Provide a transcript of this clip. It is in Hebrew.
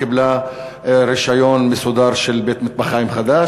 קיבלה רישיון מסודר לבית-מטבחיים חדש,